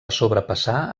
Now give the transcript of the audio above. sobrepassar